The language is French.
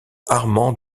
armand